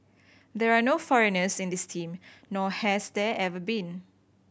there are no foreigners in this team nor has there ever been